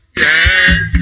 yes